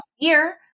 year